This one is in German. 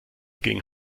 gegen